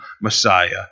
Messiah